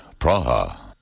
Praha